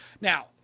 Now